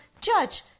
judge